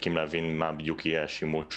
מחכים להבין מה בדיוק יהיה השימוש בהן,